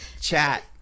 chat